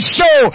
show